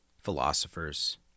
philosophers